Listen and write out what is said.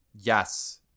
Yes